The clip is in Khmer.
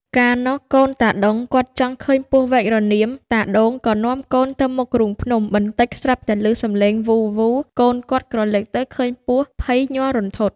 កាលនោះកូនតាដូង គាត់ចង់ឃើញពស់វែករនាម តាដូងក៏នាំកូនទៅមុខរូងភ្នំ បន្តិចស្រាប់តែឮសំឡេងវូរៗ កូនគាត់ក្រឡេកទៅឃើញពស់ ភ័យញ័ររន្ធត់។